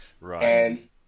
right